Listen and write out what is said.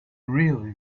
really